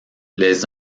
les